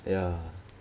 ya